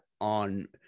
on